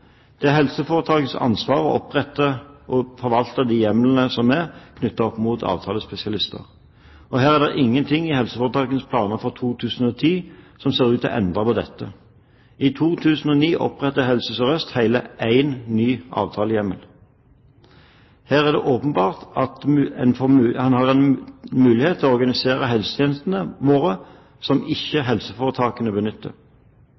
Det er helseforetakenes ansvar å opprette og forvalte de hjemlene som er knyttet opp mot avtalespesialister. Det er ikke noe i helseforetakenes planer for 2010 som ser ut til å endre på dette. I 2009 opprettet Helse Sør-Øst hele én ny avtalehjemmel. Her er det åpenbart at en har mulighet til å organisere de helsetjenestene som ikke helseforetakene benytter.